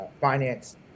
finance